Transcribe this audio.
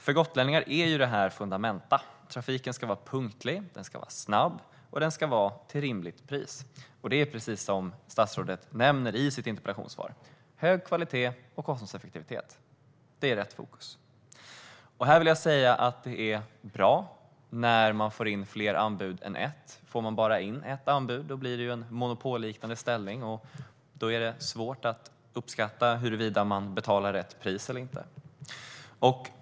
För gotlänningar är detta fundamenta: Trafiken ska vara punktlig, snabb och till rimligt pris. Precis som statsrådet nämner i sitt interpellationssvar är rätt fokus hög kvalitet och kostnadseffektivitet. Det är bra när man får in fler anbud än ett. Får man bara in ett anbud blir det en monopolliknande ställning. Då är det svårt att uppskatta huruvida man betalar rätt pris eller inte.